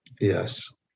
Yes